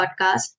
podcast